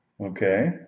Okay